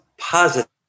positive